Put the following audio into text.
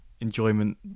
enjoyment